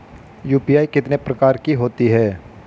UPI कितने प्रकार की होती हैं?